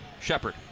Shepard